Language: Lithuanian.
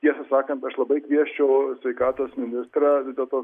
tiesą sakant aš labai kviesčiau sveikatos ministrą vis dėlto